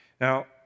Now